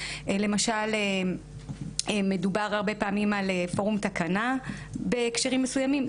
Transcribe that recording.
למשל מדובר הרבה פעמים על פורום תקנה בהקשרים מסוימים,